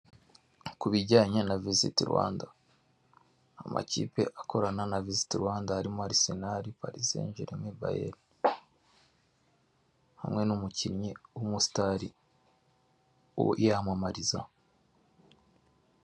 Ku bijyanye na Visit Rwanda, amakipe akorana na Visit Rwanda arimo, Arsenal, Paris Saint Germain, Bayern, hamwe n'umukinnyi w'umusitari uyamamariza.